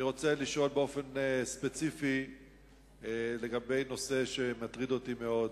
אני רוצה לשאול באופן ספציפי לגבי נושא שמטריד אותי מאוד.